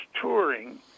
touring